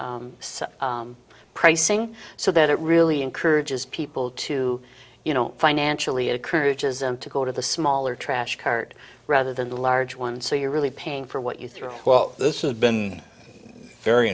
so pricing so that it really encourages people to you know financially encourages them to go to the smaller trash cart rather than the large ones so you're really paying for what you throw well this is been very